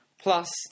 Plus